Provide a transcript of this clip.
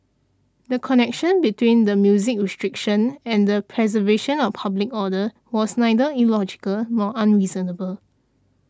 the connection between the music restriction and the preservation of public order was neither illogical nor unreasonable